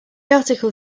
article